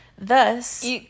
Thus